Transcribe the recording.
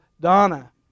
Donna